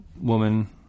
woman